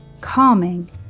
calming